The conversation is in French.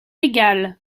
égal